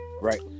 right